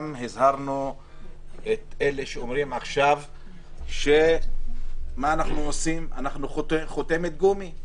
הזהרנו גם את אלה שאומרים עכשיו שאנחנו חותמת גומי.